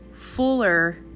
fuller